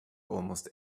almost